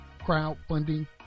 Crowdfunding